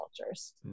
cultures